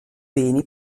beni